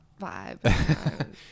vibe